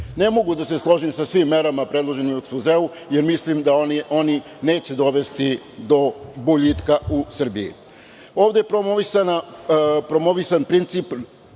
mogu da se složim sa svim predloženim merama u ekspozeu, jer mislim da one neće dovesti do boljitka u Srbiji. Ovde je promovisan princip